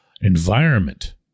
environment